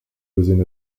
within